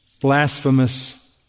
blasphemous